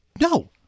no